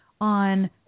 on